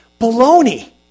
baloney